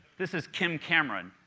this is kim cameron,